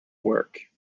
work